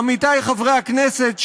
עמיתיי חברי הכנסת,